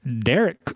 Derek